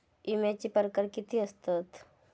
विमाचे प्रकार किती असतत?